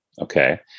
Okay